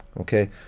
Okay